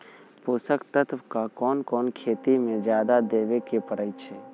पोषक तत्व क कौन कौन खेती म जादा देवे क परईछी?